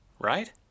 right